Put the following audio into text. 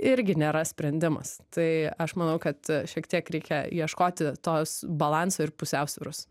irgi nėra sprendimas tai aš manau kad šiek tiek reikia ieškoti tos balanso ir pusiausvyros